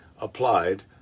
applied